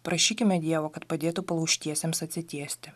prašykime dievo kad padėtų palaužtiesiems atsitiesti